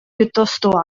piuttosto